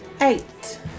Eight